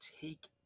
take